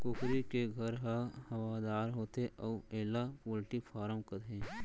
कुकरी के घर ह हवादार होथे अउ एला पोल्टी फारम कथें